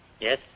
Yes